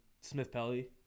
Smith-Pelly